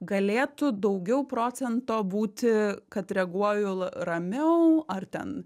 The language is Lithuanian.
galėtų daugiau procento būti kad reaguoju la ramiau ar ten